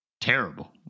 ...terrible